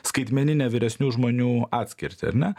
skaitmeninę vyresnių žmonių atskirtį ar ne